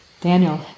Daniel